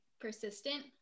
persistent